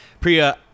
Priya